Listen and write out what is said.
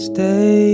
Stay